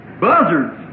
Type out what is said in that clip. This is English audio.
buzzards